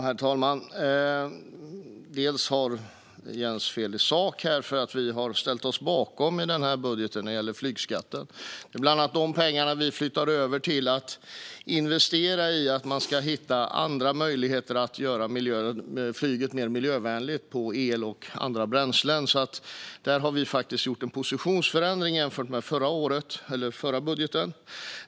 Herr talman! Jens har fel i sak, för i den här budgeten har vi ställt oss bakom flygskatten. Det är bland annat de pengarna vi använder till investeringar för att hitta andra möjligheter att göra flyget mer miljövänligt genom el och andra bränslen. Där har vi alltså gjort en positionsförändring jämfört med den förra budgeten.